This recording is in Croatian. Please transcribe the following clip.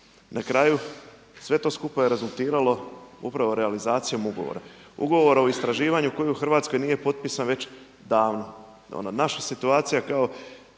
Na kraju sve to skupa je rezultiralo upravo realizacijom ugovora. Ugovora o istraživanju koji u Hrvatskoj nije potpisan već davno. Naša situacija kao